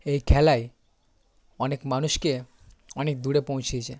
এই খেলাই অনেক মানুষকে অনেক দূরে পৌঁছিয়েছে